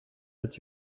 did